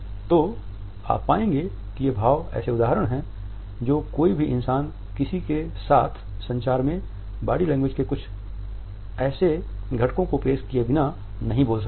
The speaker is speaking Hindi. तो आप पाएंगे कि ये भाव ऐसे उदाहरण हैं जो कोई भी इंसान किसी के साथ संचार में बॉडी लैंग्वेज के ऐसे कुछ घटको को पेश किए बिना नहीं बोल सकता है